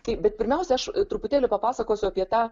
kaip bet pirmiausia aš truputėlį papasakosiu apie tą